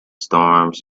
storms